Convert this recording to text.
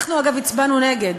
אנחנו, אגב, הצבענו נגד.